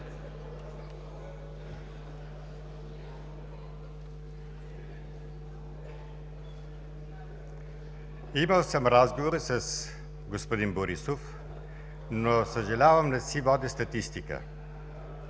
Имал съм разговори с господин Борисов, но съжалявам, не си водя статистика.